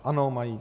Ano, mají.